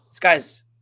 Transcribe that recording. guy's